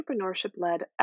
entrepreneurship-led